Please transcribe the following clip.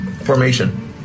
Formation